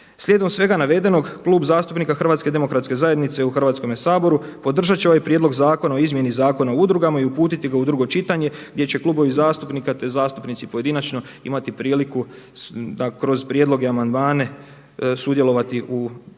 Slijedom svega navedenog Klub zastupnika HDZ-a u Hrvatskome saboru podržat će ovaj Prijedlog zakona o izmjeni Zakona o udrugama i uputiti ga u drugo čitanje gdje će klubovi zastupnika, te zastupnici pojedinačno imati priliku da prijedloge i amandmane sudjelovati u raspravi